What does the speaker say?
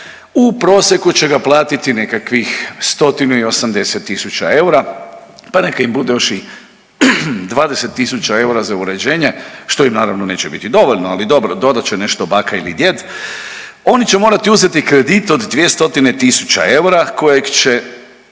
u prosjeku će ga platiti nekakvih 180.000 eura pa neka im bude još i 20.000 eura za uređenje što im naravno neće biti dovoljno, ali dobro dodat će nešto baka ili djed, oni će morati uzeti kredit od 200.000 eura kojeg u